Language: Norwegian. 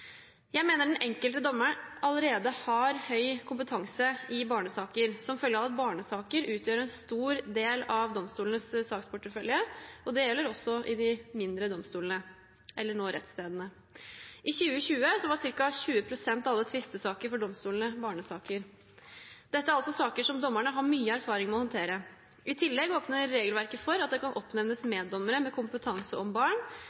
Jeg mener at den enkelte dommer allerede har høy kompetanse i barnesaker som følge av at barnesaker utgjør en stor del av domstolenes saksportefølje, og det gjelder også i de mindre domstolene, eller nå rettsstedene. I 2020 var ca. 20 pst. av alle tvistesaker for domstolene barnesaker. Dette er altså saker dommere har mye erfaring med å håndtere. I tillegg åpner regelverket for at det kan oppnevnes meddommere med kompetanse på barn,